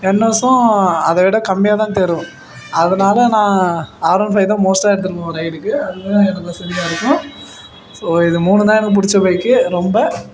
என்எஸ்ஸும் அதை விட கம்மியாக தான் தரும் அதனால் நான் ஆர் ஒன் ஃபைவ் தான் மோஸ்ட்டா எடுத்துன்னு போவேன் ரைடுக்கு அது தான் எனக்கு வசதியாருக்கும் ஸோ இது மூணும் தான் எனக்குப் பிடிச்ச பைக்கு ரொம்ப